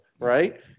Right